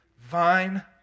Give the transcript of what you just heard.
vine